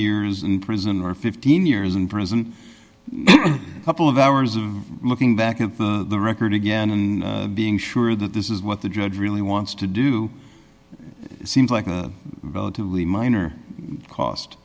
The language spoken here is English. years in prison or fifteen years in prison a couple of hours of looking back at the record again and being sure that this is what the judge really wants to do it seems like a relatively minor cost